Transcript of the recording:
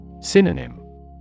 Synonym